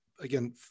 again